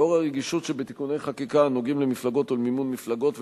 לאור הרגישות שבתיקוני חקיקה הנוגעים למפלגות ולמימון מפלגות,